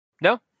No